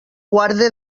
guarde